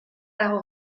dago